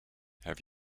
have